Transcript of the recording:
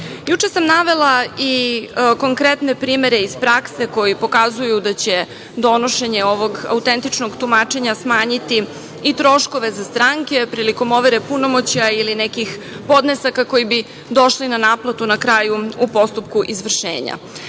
sam navela i konkretne primere iz prakse koji pokazuju da će donošenje ovog autentičnog tumačenja smanjiti i troškove za stranke, prilikom overe punomoćja ili nekih podnesaka koji bi došli na naplatu na kraju u postupku izvršenja. Na